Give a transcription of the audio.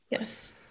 Yes